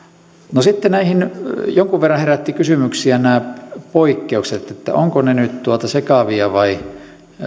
sitten jonkun verran herätti kysymyksiä nämä poikkeukset että ovatko ne nyt sekavia vai